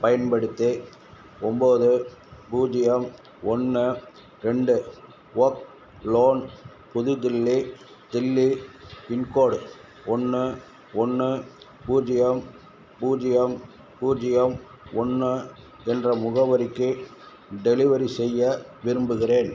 பயன்படுத்தி ஒம்போது பூஜ்ஜியம் ஒன்று ரெண்டு ஓக் லோன் புது தில்லி தில்லி பின்கோடு ஒன்று ஒன்று பூஜ்ஜியம் பூஜ்ஜியம் பூஜ்ஜியம் ஒன்று என்ற முகவரிக்கு டெலிவரி செய்ய விரும்புகிறேன்